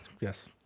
yes